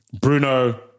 bruno